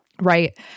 right